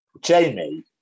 Jamie